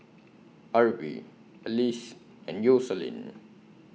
Arbie Alyse and Yoselin